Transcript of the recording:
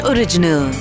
Original